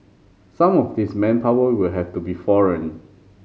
some of this manpower will have to be foreign